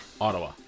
Ottawa